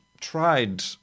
tried